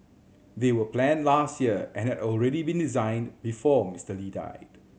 they were planned last year and had already been designed before Mister Lee died